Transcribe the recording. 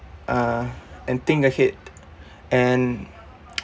uh and think ahead and